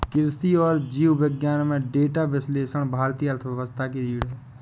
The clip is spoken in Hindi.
कृषि और जीव विज्ञान में डेटा विश्लेषण भारतीय अर्थव्यवस्था की रीढ़ है